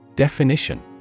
Definition